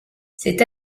cette